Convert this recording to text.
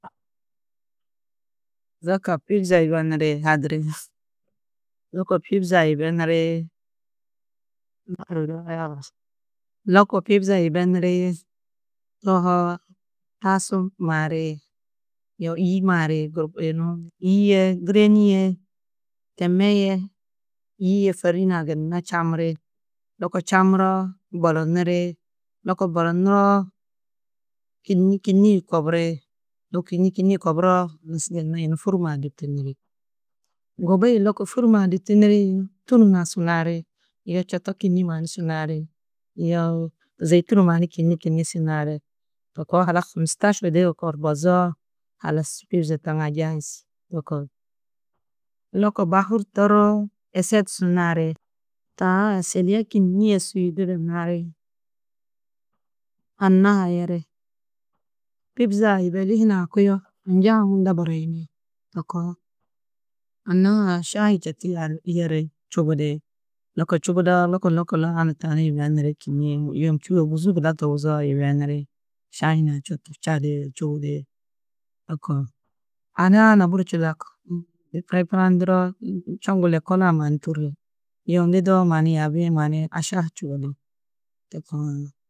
Zaga pîpza yibenirĩ hadiri. Lôko pipza yibenirĩ. Lôko pîpza yibenirĩ tohoo tasu maari, yoo yî maari yunu yî yê gîreni yê teme yê, yî yê fêrin-ã gunna čammiri, lôko čammuroo boloniri, lôko bolonuroo, kînni kînni koburi, lôko kînni kînni koburoo halas gunna yunu fûrum-ã du tuniri. Gubii lôko fûrm-ã du tunirĩ, tûn na su naari, yoo čoto kînniĩ mannu su naari, yoo zêitun mannu kînni kînni su naari. To koo halas hamustašir dîgid kor bozoo halas pîpza taŋa jahiz. Lôko, lôko bahu torroo ešed su naari. Taa ešedia kînnie su yûduru naari anna-ã ha yeri. Pîpza yibedi hunã kuyo njaa munda barayini to koo. Anna-ã ha šahi četu yari yeri čubudi. Lôko čubudoo, lôko lôko naani tani yibeniri kînnie yum čû ôguzuu gunna tubuzoo yibeniri. Šahi na četu čadi čubudi to koo. Ada-ã na budi čidaku, Prêparenduroo čoŋgu lokol-ã mannu tûri. Yum lidoo mannu yaabi-ĩ mannu ašaa čubudi to koo uũ.